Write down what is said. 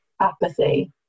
apathy